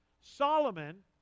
Solomon